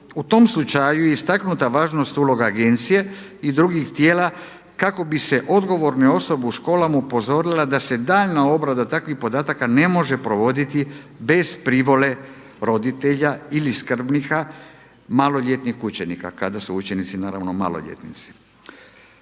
U tom slučaju je istaknuta važnost uloga agencije i drugih tijela kako bi se odgovorna osoba u školama upozorila da se daljnja obrada takvih podataka ne može provoditi bez privole roditelja ili skrbnika maloljetnih učenika, kada su učenici naravno maloljetnici.